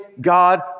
God